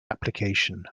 application